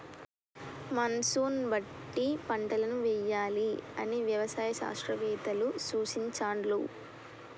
monsoon బట్టి పంటలను వేయాలి అని వ్యవసాయ శాస్త్రవేత్తలు సూచించాండ్లు